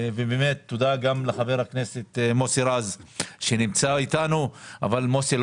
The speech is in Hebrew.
תודה גם לחבר הכנסת מוסי רז שנמצא אתנו אבל מוסי,